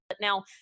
Now